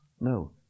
No